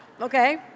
Okay